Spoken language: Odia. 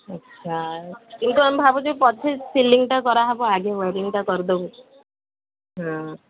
ଆଚ୍ଛା କିନ୍ତୁ ଆମେ ଭାବୁଛୁ ପଛେ ସିଲିଂଟା କରାହେବ ଆଗେ ୱାଇରିଙ୍ଗଟା କରିଦେବୁ ହଁ